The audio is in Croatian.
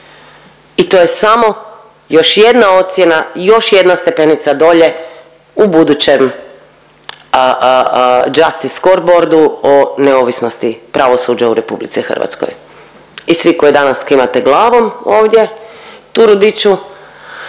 I to je samo još jedna ocjena još jedna stepenica dolje u budućem justice scoreboardu o neovisnosti pravosuđa u RH i svi koji danas kimate glavom ovdje Turudiću,